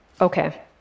Okay